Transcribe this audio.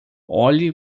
olhe